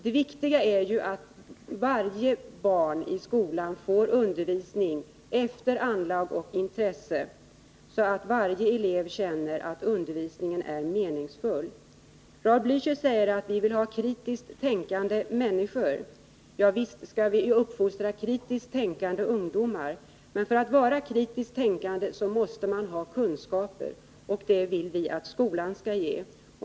Det viktiga är att varje barn i skolan får undervisning efter anlag och intresse, så att varje elev känner att undervisningen är meningsfull. Raul Blächer säger att vi vill ha kritiskt tänkande människor. Ja, visst skall vi uppfostra kritiskt tänkande ungdomar, men för att kunna vara kritiskt tänkande måste man ha kunskaper, och det vill vi att skolan skall ge.